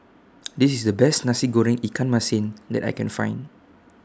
This IS The Best Nasi Goreng Ikan Masin that I Can Find